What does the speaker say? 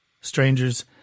strangers